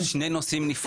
לא, זה שני נושאים נפרדים.